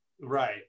Right